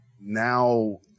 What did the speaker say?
now